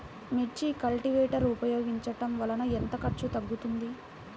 మిర్చి కల్టీవేటర్ ఉపయోగించటం వలన ఎంత ఖర్చు తగ్గుతుంది?